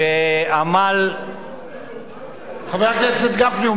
חבר הכנסת גפני,